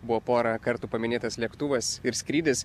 buvo porą kartų paminėtas lėktuvas ir skrydis